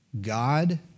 God